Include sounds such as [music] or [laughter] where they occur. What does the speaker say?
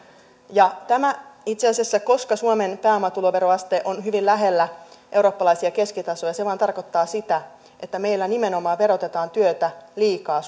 ja itse asiassa koska suomen pääomatuloveroaste on hyvin lähellä eurooppalaisia keskitasoja se vain tarkoittaa sitä että meillä nimenomaan verotetaan työtä liikaa [unintelligible]